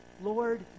Lord